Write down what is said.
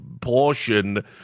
portion